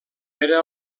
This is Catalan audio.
era